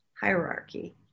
hierarchy